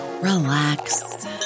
relax